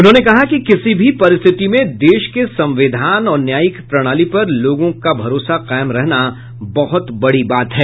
उन्होंने कहा कि किसी भी परिस्थिति में देश के संविधान और न्यायिक प्रणाली पर लोगों का भरोसा कायम रहना बहुत बड़ी बात है